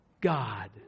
God